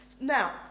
Now